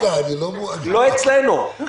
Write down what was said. לא אצלנו.